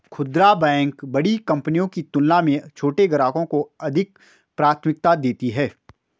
खूदरा बैंक बड़ी कंपनियों की तुलना में छोटे ग्राहकों को अधिक प्राथमिकता देती हैं